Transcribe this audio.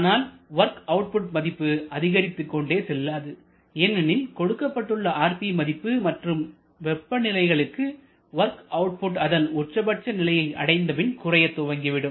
ஆனால் work output மதிப்பு அதிகரித்துக்கொண்டே செல்லாது ஏனெனில் கொடுக்கப்பட்டுள்ள rp மதிப்பு மற்றும் வெப்பநிலைகளுக்கு வொர்க் அவுட்புட் அதன் உச்சபட்ச நிலையை அடைந்தபின் குறைய துவங்கிவிடும்